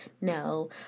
No